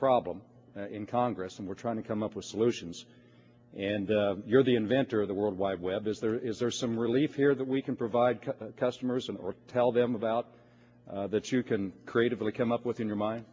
problem in congress and we're trying to come up with solutions and you're the inventor of the world wide web is there is there some relief here that we can provide customers or tell them about that you can creatively come up with in your mind